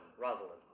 Rosalind